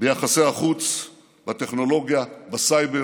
ביחסי החוץ, בטכנולוגיה, בסייבר,